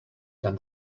than